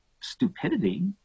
stupidity